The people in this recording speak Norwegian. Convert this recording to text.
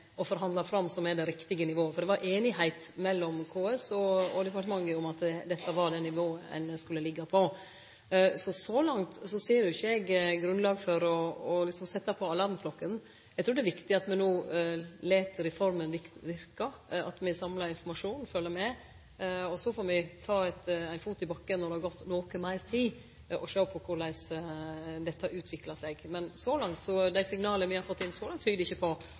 og forhandla fram, som er det riktige nivået, for det var einigheit mellom KS og departementet om at dette var det nivået ein skulle liggje på. Så langt ser ikkje eg grunnlag for å setje på alarmklokkene. Eg trur det er viktig at me no lèt reforma verke, at me samlar informasjon, følgjer med, og så får me ta ein fot i bakken når det har gått noko meir tid, og sjå på korleis dette utviklar seg. Men dei signala me har fått inn så langt, tyder ikkje på